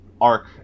arc